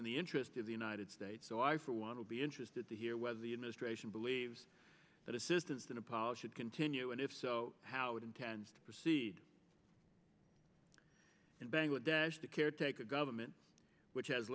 in the interest of the united states so i for one will be interested to hear whether the administration believes that assistance in a polish should continue and if so how it intends to proceed in bangladesh the caretaker government which has